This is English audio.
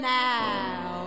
now